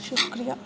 शुक्रिया